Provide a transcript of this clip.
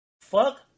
fuck